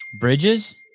Bridges